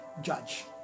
judge